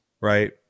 Right